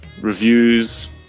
reviews